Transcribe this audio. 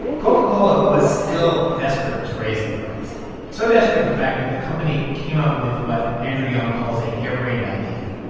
coca-cola was still desperate to raise the price so desperate, in fact, that the company came up with what andrew young calls a harebrained idea.